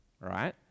right